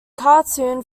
cartoon